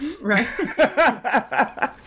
Right